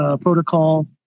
protocol